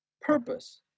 purpose